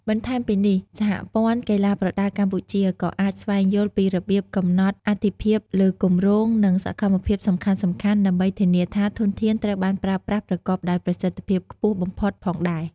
បន្ថែមពីនេះ សហព័ន្ធកីឡាប្រដាល់កម្ពុជាក៏អាចស្វែងយល់ពីរបៀបកំណត់អាទិភាពលើគម្រោង និងសកម្មភាពសំខាន់ៗ ដើម្បីធានាថាធនធានត្រូវបានប្រើប្រាស់ប្រកបដោយប្រសិទ្ធភាពខ្ពស់បំផុតផងដែរ។